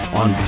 on